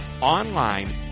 online